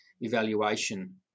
evaluation